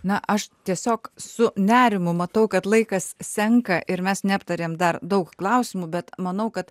na aš tiesiog su nerimu matau kad laikas senka ir mes neaptarėm dar daug klausimų bet manau kad